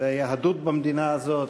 ליהדות במדינה הזאת,